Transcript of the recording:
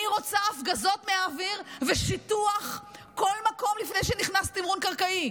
אני רוצה הפגזות מהאוויר ושיטוח כל מקום לפני שנכנס תמרון קרקעי,